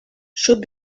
should